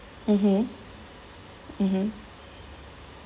mmhmm mmhmm